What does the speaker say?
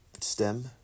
stem